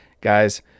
Guys